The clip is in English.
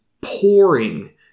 pouring